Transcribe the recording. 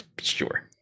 Sure